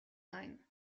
ein